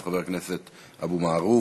אחריו, חבר הכנסת אבו מערוף,